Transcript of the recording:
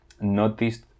noticed